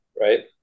right